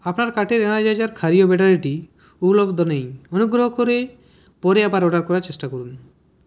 আপনার কার্টের এনারজাইজার ক্ষারীয় ব্যাটারিটি উপলব্ধ নেই অনুগ্রহ করে পরে আবার অর্ডার করার চেষ্টা করুন